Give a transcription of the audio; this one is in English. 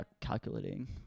calculating